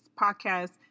podcast